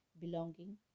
belonging